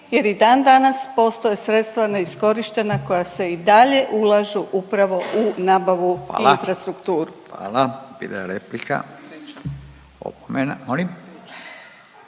jer i dandanas postoje sredstva neiskorištena koja se i dalje ulažu upravo u nabavu i infrastrukturu. **Radin, Furio (Nezavisni)** Hvala. Hvala. Bila je replika. Opomena. Molim?